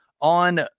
on